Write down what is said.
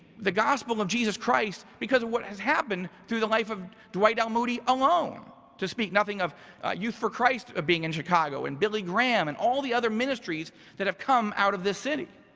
the gospel of jesus christ, because of what has happened through the life of dwight l. moody alone. to speak nothing of youth for christ, of being in chicago and billy graham and all the other ministries that have come out of this city.